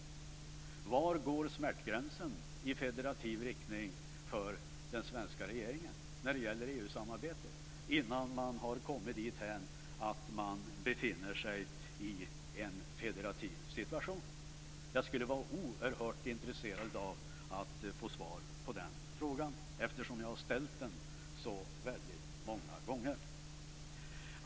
Var går smärtgränsen i federativ riktning för den svenska regeringen när det gäller EU-samarbetet innan man har kommit dithän att man befinner sig i en federativ situation? Jag är oerhört intresserad av att få svar på den frågan, eftersom jag har ställt den så väldigt många gånger.